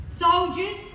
soldiers